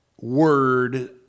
word